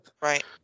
right